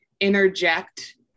interject